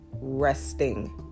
resting